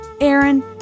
Aaron